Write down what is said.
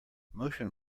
motion